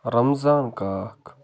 رمضان کاکھ